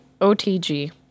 OTG